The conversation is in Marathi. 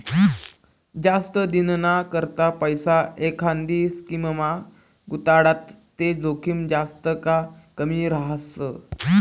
जास्त दिनना करता पैसा एखांदी स्कीममा गुताडात ते जोखीम जास्त का कमी रहास